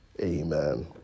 Amen